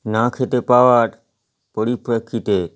না খেতে পাওয়ার পরিপ্রেক্ষিতে